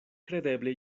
kredeble